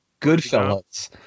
Goodfellas